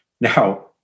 Now